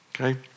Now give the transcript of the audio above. okay